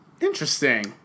Interesting